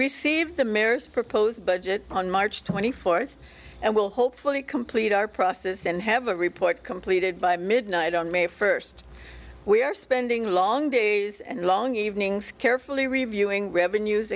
receive the mare's proposed budget on march twenty fourth and will hopefully complete our process and have a report completed by midnight on may first we are spending long days and long evenings carefully reviewing revenues